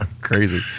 Crazy